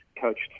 coached